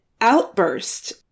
outburst